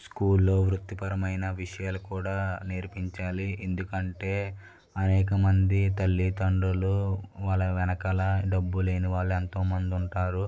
స్కూల్లో వృత్తిపరమైన విషయాలు కూడా నేర్పించాలి ఎందుకంటే అనేకమంది తల్లిదండ్రులు వాళ్ళ వెనకాల డబ్బు లేని వాళ్ళు ఎంతోమంది ఉంటారు